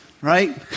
right